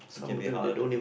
can be harder to